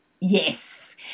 Yes